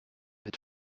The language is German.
wird